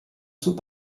sous